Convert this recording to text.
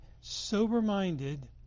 sober-minded